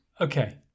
Okay